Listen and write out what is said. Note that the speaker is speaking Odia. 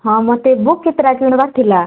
ହଁ ମୋତେ ବୁକ୍ କେତେଟା କିଣିବାର ଥିଲା